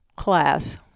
class